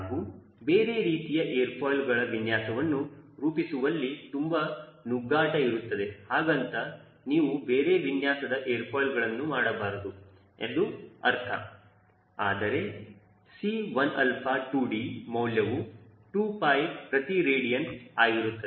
ಹಾಗೂ ಬೇರೆ ರೀತಿಯ ಏರ್ ಫಾಯಿಲ್ಗಳ ವಿನ್ಯಾಸವನ್ನು ರೂಪಿಸುವಲ್ಲಿ ತುಂಬಾ ನುಗ್ಗಾಟ ಇರುತ್ತದೆ ಹಾಗಂತ ನೀವು ಬೇರೆ ವಿನ್ಯಾಸದ ಏರ್ ಫಾಯಿಲ್ಳನ್ನು ಮಾಡಬಾರದು ಎಂದು ಅರ್ಥ ಅಲ್ಲ ಆದರೆ 𝐶1α2d ಮೌಲ್ಯವು 2π ಪ್ರತಿ ರೇಡಿಯನ ಆಗಿರುತ್ತದೆ